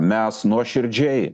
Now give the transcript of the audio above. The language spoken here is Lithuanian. mes nuoširdžiai